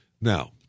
Now